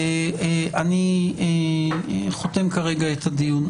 אני חותם כרגע את הדיון.